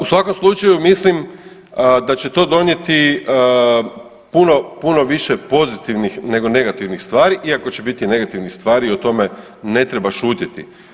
U svakom slučaju mislim da će to donijeti puno više pozitivnih nego negativnih stvari i ako će biti negativnih stvari o tome ne treba šutjeti.